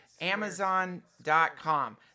Amazon.com